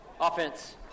Offense